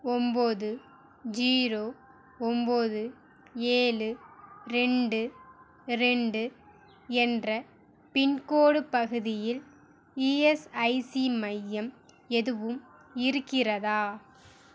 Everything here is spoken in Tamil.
ஒம்பது ஜீரோ ஒம்பது ஏழு ரெண்டு ரெண்டு என்ற பின்கோட் பகுதியில் இஎஸ்ஐசி மையம் எதுவும் இருக்கிறதா